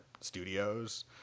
studios